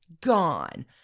gone